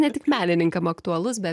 ne tik menininkam aktualus be